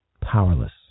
powerless